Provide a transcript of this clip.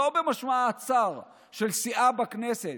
לא במשמעה הצר של סיעה בכנסת,